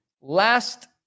last